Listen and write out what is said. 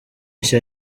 nshya